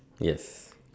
yes